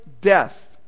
death